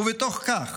ובתוך כך